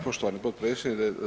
Poštovani potpredsjedniče.